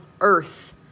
earth